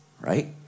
right